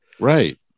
Right